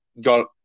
got